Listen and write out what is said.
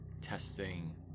testing